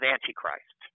Antichrist